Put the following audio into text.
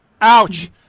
Ouch